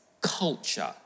culture